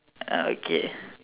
okay